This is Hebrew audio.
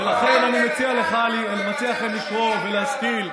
ולכן אני מציע לך לקרוא ולהשכיל.